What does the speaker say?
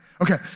Okay